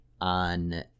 on